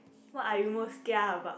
what are you most kia about